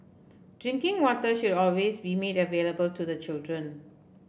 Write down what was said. drinking water should always be made available to the children